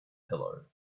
pillow